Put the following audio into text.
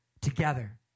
Together